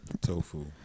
Tofu